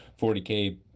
40k